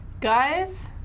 Guys